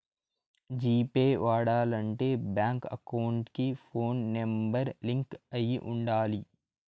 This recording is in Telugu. జీ పే వాడాలంటే బ్యాంక్ అకౌంట్ కి ఫోన్ నెంబర్ లింక్ అయి ఉండాలి